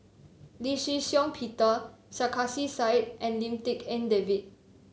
Lee Shih Shiong Peter Sarkasi Said and Lim Tik En David